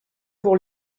pour